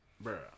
Bro